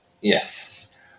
yes